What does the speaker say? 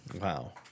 wow